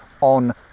on